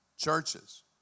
Churches